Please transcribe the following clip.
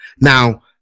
Now